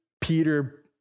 Peter